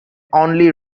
only